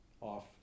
off